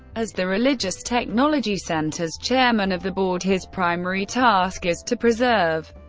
as the religious technology center's chairman of the board, his primary task is to preserve,